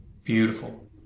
Beautiful